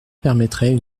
permettrait